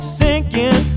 sinking